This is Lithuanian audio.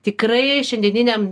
tikrai šiandieniniam